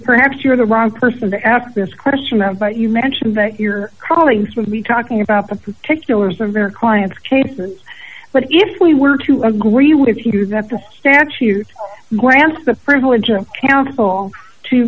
perhaps you're the wrong person to ask this question of but you mentioned that your colleagues with me talking about the particulars of their clients cases but if we were to agree with you that the statute grants the privilege of counsel to